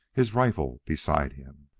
his rifle beside him.